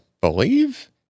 believe